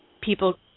people